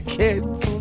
kids